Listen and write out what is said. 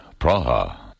Praha